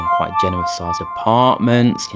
and quite generous sized apartments,